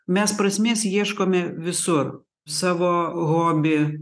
mes prasmės ieškome visur savo hoby